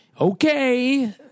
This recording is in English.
okay